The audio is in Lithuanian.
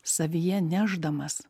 savyje nešdamas